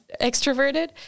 extroverted